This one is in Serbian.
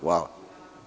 Hvala.